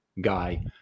guy